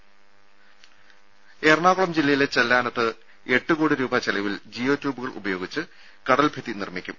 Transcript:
രുദ എറണാകുളം ജില്ലയിലെ ചെല്ലാനത്ത് എട്ട് കോടി രൂപ ചെലവിൽ ജിയോ ട്യൂബുകൾ ഉപയോഗിച്ച് കടൽ ഭിത്തി നിർമ്മിക്കും